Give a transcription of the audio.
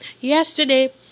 yesterday